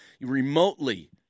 remotely